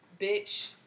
bitch